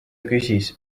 küsis